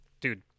dude